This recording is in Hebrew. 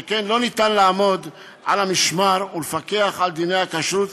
שכן לא ניתן לעמוד על המשמר ולפקח על דיני הכשרות,